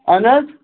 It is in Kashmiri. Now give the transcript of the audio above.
اَہَن حظ